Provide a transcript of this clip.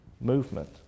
movement